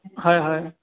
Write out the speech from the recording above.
হয় হয়